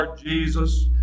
Jesus